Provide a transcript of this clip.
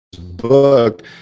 book